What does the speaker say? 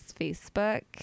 Facebook